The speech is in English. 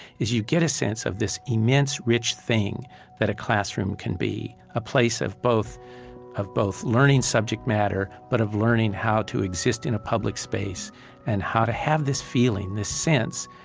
is you get a sense of this immense rich thing that a classroom can be a place of both of both learning subject matter, but of learning how to exist in a public space and how to have this feeling, this sense,